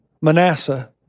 Manasseh